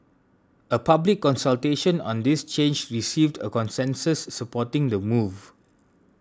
a public consultation on this change received a consensus supporting the move